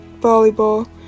volleyball